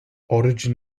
origin